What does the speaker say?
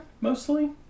mostly